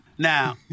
Now